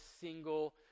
single